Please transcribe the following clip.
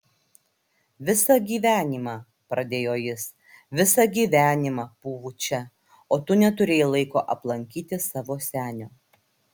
visą gyvenimą pradėjo jis visą gyvenimą pūvu čia o tu neturėjai laiko aplankyti savo senio